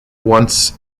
once